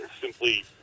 simply